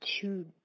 two